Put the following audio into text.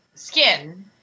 skin